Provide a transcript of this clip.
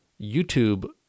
YouTube